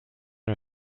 una